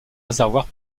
réservoir